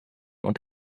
und